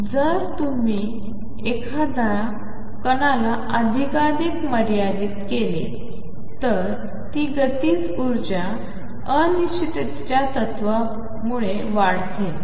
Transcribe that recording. म्हणून जर तुम्ही एखाद्या कणाला अधिकाधिक मर्यादित केले तर ती गतिज ऊर्जा अनिश्चिततेच्या तत्त्वामुळे वाढते